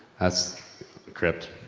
that's crypt.